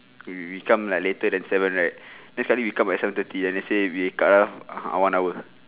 we we come like later than seven right then sekali we come at seven thirty then they say we cut off one hour